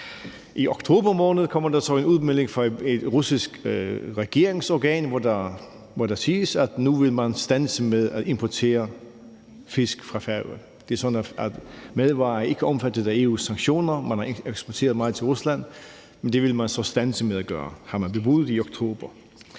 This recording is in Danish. I oktober måned kommer der så en udmelding fra et russisk regeringsorgan, hvor der siges, at nu vil man standse med at importere fisk fra Færøerne. Det er sådan, at madvarer ikke er omfattet af EU's sanktioner; man har ikke eksporteret meget til Rusland. Men det vil de så standse med at gøre, bliver det bebudet i oktober.